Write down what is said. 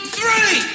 three